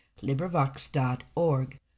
LibriVox.org